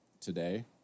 today